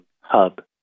hub